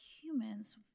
humans